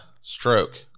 stroke